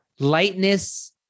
Lightness